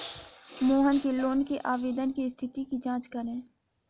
मोहन के लोन के आवेदन की स्थिति की जाँच करें